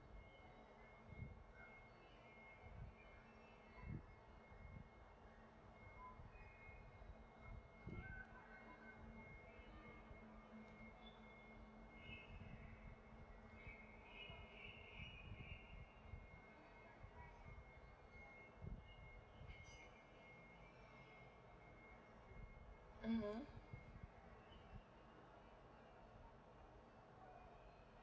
mmhmm